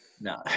No